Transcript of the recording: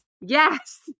Yes